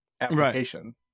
application